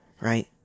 right